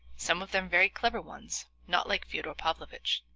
some of them very clever ones, not like fyodor pavlovitch.